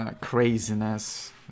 craziness